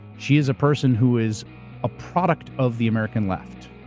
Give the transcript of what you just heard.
she is a person who is a product of the american left,